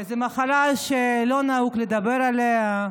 זו מחלה שלא נהוג לדבר עליה.